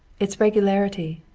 its regularity,